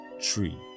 tree